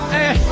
Hey